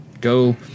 go